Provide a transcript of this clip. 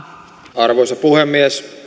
arvoisa puhemies